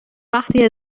وقتی